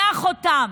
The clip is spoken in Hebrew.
זה החותם.